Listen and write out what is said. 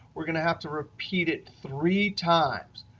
we're going to have to repeat it three times.